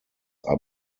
are